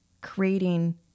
creating